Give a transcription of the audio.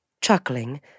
Chuckling